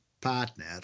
partner